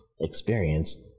experience